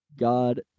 God